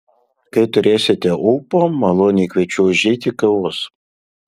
kai turėsite ūpo maloniai kviečiu užeiti kavos